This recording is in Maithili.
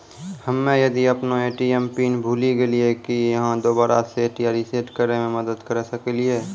हम्मे यदि अपन ए.टी.एम पिन भूल गलियै, की आहाँ दोबारा सेट या रिसेट करैमे मदद करऽ सकलियै?